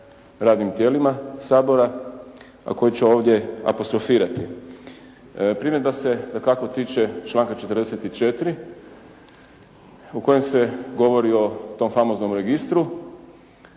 radnim tijelima Sabora, a koju ću ovdje apostrofirati. Primjedba se dakako tiče članka 44. u kojem se govori o tom famoznom registru